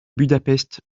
budapest